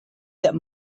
that